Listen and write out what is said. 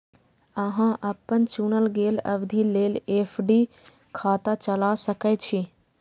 अहां अपन चुनल गेल अवधि लेल एफ.डी खाता चला सकै छी